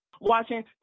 Watching